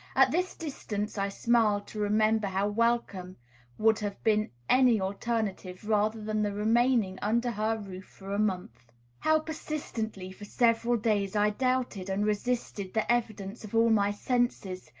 at this distance i smile to remember how welcome would have been any alternative rather than the remaining under her roof for a month how persistently for several days i doubted and resisted the evidence of all my senses,